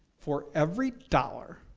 for every dollar